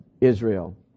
israel